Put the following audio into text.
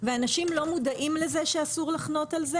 אנשים לא מודעים לזה שאסור לחנות על זה